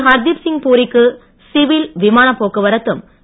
ஹர்தீப்சிங் பூரிக்கு சிவில் விமானப் போக்குவரத்தும் திரு